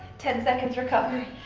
ten seconds recovery.